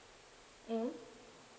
mm